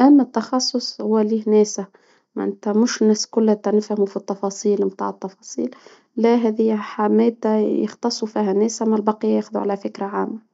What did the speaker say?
أما التخصص هو له ناسة ما أنت مش ناس كل التنيفة مو في التفاصيل بتاع التفاصيل، لا هذه حمادة يختصوا فيها الناس ،أما البقية ياخذوا على فكرة عامة.